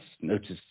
notice